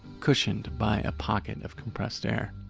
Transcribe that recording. cushioned by a pocket of compressed air.